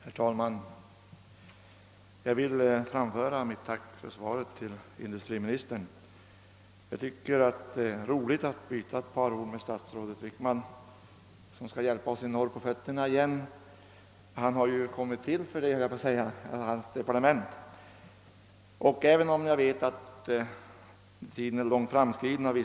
Herr talman! Jag vill framföra mitt tack för svaret till industriministern. Det är roligt att få byta några ord med statsrådet Wickman, som skall hjälpa oss i norr på fötter igen — hans departement har ju kommit till för det!